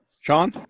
Sean